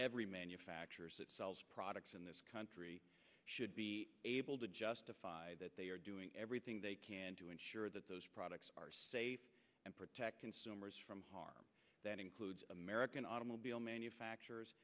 every manufacturer that sells products in this country should be able to justify that they are doing everything they can to ensure that those products are safe and protect consumers from harm that includes american automobile manufacturers